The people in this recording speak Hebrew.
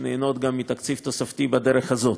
שנהנות גם מתקציב תוספתי בדרך הזאת.